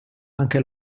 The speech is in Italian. anche